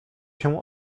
się